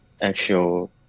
actual